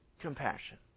compassion